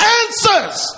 answers